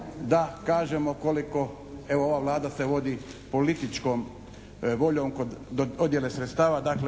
da kažemo koliko evo ova Vlada se vodi političkom voljom kod dodjele sredstava. Dakle